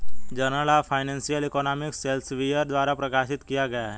journal of financial economics Elsevier द्वारा प्रकाशित किया गया हैं